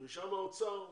הדרישה מהאוצר,